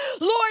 Lord